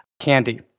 candy